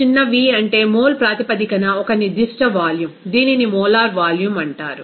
కాబట్టి చిన్న v అంటే మోల్ ప్రాతిపదికన ఒక నిర్దిష్ట వాల్యూమ్ దీనిని మోలార్ వాల్యూమ్ అంటారు